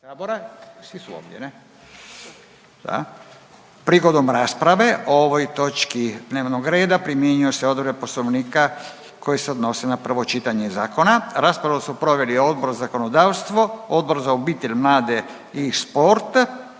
Prigodom rasprave o ovoj točki dnevnog reda primjenjuju se odredbe Poslovnika koje se odnose na prvo čitanje zakona. Raspravu su proveli Odbor za zakonodavstvo, Odbor za obitelj, mlade i sport,